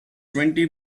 twenty